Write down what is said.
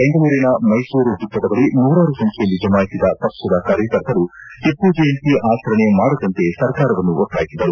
ಬೆಂಗಳೂರಿನ ಮೈಸೂರು ವೃತ್ತದ ಬಳಿ ನೂರಾರು ಸಂಖ್ಯೆಯಲ್ಲಿ ಜಮಾಯಿಸಿದ ಪಕ್ಷದ ಕಾರ್ಯಕರ್ತರು ಟಪ್ಪು ಜಯಂತಿ ಆಚರಣೆ ಮಾಡದಂತೆ ಸರ್ಕಾರವನ್ನು ಒತ್ತಾಯಿಸಿದರು